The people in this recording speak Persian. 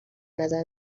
نظر